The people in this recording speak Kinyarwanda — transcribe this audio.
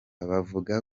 bavuga